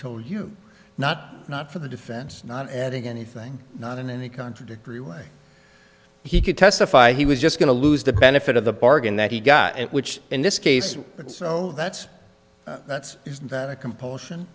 told you not not for the defense not adding anything not in any contradictory way he could testify he was just going to lose the benefit of the bargain that he got it which in this case it's you know that's that's is that a compulsion